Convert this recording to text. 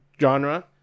genre